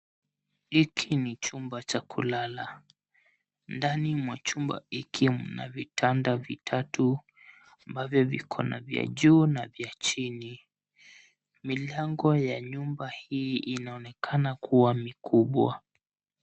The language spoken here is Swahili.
Hiki ni chumba cha kulala. Ndani mwa chumba hiki mna vitanda vitatu ambavyo vikona vya juu na vya chini. Milango ya nyumba hii inaonekana kuwa mikubwa.